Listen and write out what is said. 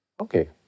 Okay